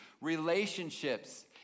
relationships